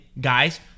guys